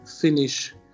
finish